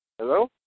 Hello